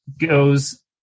goes